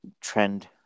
trend